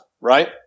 right